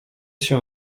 się